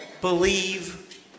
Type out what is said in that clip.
believe